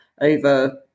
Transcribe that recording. over